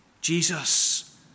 Jesus